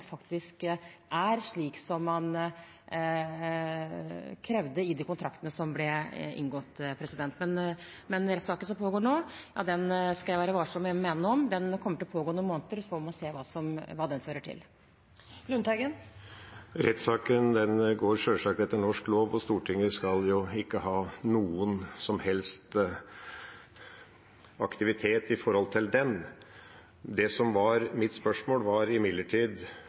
faktisk er slik som man krevde i de kontraktene som ble inngått. Når det gjelder den rettssaken som pågår nå, skal jeg være varsom med å mene noe om den. Den kommer til å pågå noen måneder, og så får vi se hva den fører til. Rettssaken går sjølsagt etter norsk lov, og Stortinget skal jo ikke ha noen som helst aktivitet i forhold til den. Mitt spørsmål gjaldt imidlertid det